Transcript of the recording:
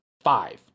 five